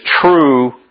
true